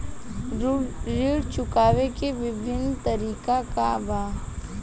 ऋण चुकावे के विभिन्न तरीका का बा?